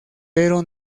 pero